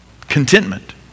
Contentment